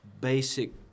basic